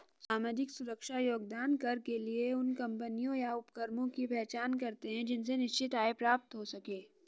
सामाजिक सुरक्षा योगदान कर के लिए उन कम्पनियों या उपक्रमों की पहचान करते हैं जिनसे निश्चित आय प्राप्त हो सके